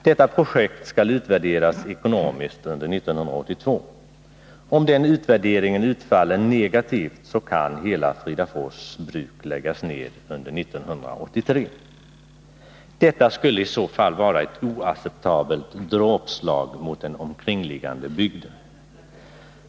Detta projekt skall utvärderas ekonomiskt under 1982. Om den utvärderingen utfaller negativt kan hela Fridafors bruk läggas ned under 1983. Detta skulle vara ett dråpslag mot den omkringliggande bygden.